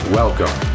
welcome